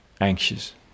Anxious